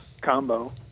combo